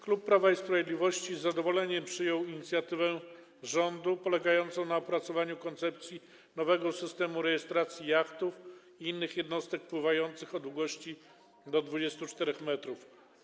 Klub Prawa i Sprawiedliwości z zadowoleniem przyjął inicjatywę rządu polegającą na opracowaniu koncepcji nowego systemu rejestracji jachtów i innych jednostek pływających o długości do 24 m.